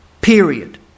Period